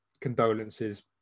condolences